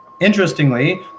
interestingly